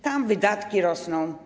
Tam wydatki rosną.